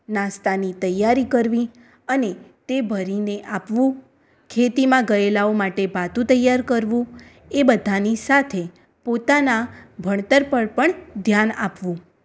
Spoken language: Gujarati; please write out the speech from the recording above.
નાસ્તાની તૈયારી કરવી અને તે ભરીને આપવું ખેતીમાં ગયેલાઓ માટે ભાથું તૈયાર કરવું એ બધાની સાથે પોતાનાં ભણતર પર પણ ધ્યાન આપવું